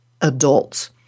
adults